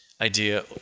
idea